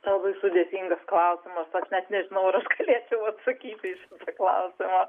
labai sudėtingas klausimas aš net nežinau ar aš galėčiau atsakyti į šitą klausimą